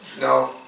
No